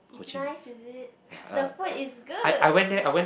nice is it the food is good